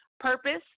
Purpose